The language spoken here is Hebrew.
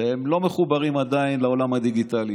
שעדיין לא מחוברת לעולם הדיגיטלי.